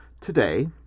today